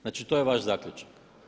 Znači to je vaš zaključak.